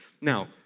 Now